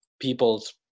people's